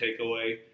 takeaway